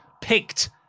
picked